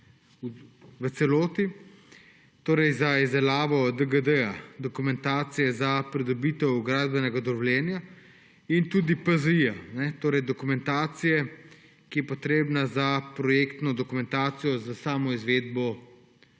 v celoti, torej za izdelavo DGD, dokumentacije za pridobitev gradbenega dovoljenja, in tudi PZI, dokumentacije, ki je potrebna za projektno dokumentacijo za samo izvedbo izgradnje.